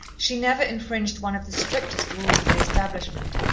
she never infringed one of the strictest rules of the establishment,